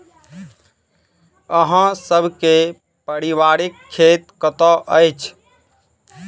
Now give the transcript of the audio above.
अहाँ सब के पारिवारिक खेत कतौ अछि?